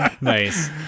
Nice